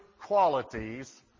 qualities